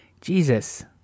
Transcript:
jesus